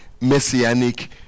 messianic